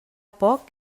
poc